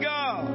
God